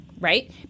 Right